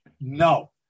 No